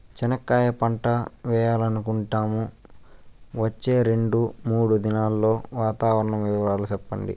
చెనక్కాయ పంట వేయాలనుకుంటున్నాము, వచ్చే రెండు, మూడు దినాల్లో వాతావరణం వివరాలు చెప్పండి?